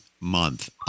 month